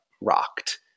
rocked